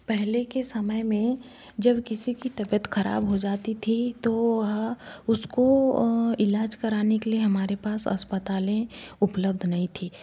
पहले के समय में जब किसी की तबीयत ख़राब हो जाती थी तो वह उसको इलाज़ कराने के लिए हमारे पास अस्पतालें उपलब्ध नहीं थी